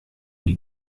die